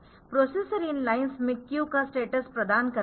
processor इन lines में queue का स्टेटस प्रदान करता है